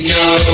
no